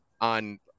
on –